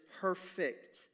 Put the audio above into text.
perfect